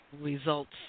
results